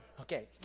Okay